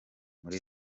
muri